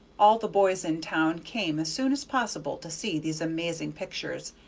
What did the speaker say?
all the boys in town came as soon as possible to see these amazing pictures,